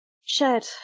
Shed